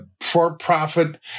for-profit